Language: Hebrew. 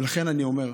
ולכן אני אומר,